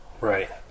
Right